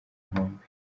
inkombe